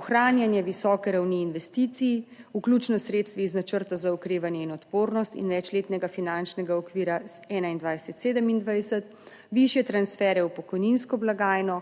ohranjanje visoke ravni investicij, vključno s sredstvi iz Načrta za okrevanje in odpornost in večletnega finančnega okvira 2021-2027 višje transfer v pokojninsko blagajno,